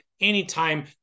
anytime